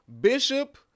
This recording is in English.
Bishop